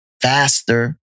faster